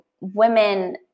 women